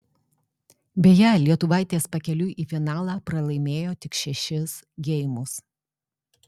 beje lietuvaitės pakeliui į finalą pralaimėjo tik šešis geimus